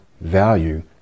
value